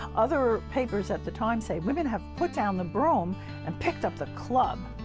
other papers at the time say, women have put down the broom and picked up the club.